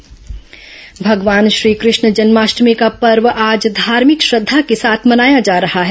श्रीकष्ण जन्माष्टमी भगवान श्रीकृष्ण जन्माष्टमी का पर्व आज धार्भिक श्रद्धा के साथ मनाया जा रहा है